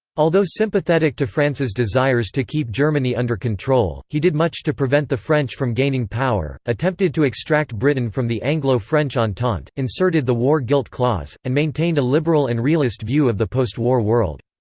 although sympathetic to france's desires to keep germany under control, he did much to prevent the french from gaining power, attempted to extract britain from the anglo-french entente, inserted the war-guilt clause, and maintained a liberal and realist view of the postwar world.